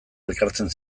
elkartzen